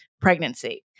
pregnancy